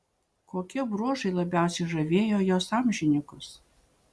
kokie bruožai labiausiai žavėjo jos amžininkus